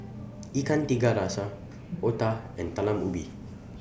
Ikan Tiga Rasa Otah and Talam Ubi